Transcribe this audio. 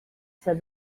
said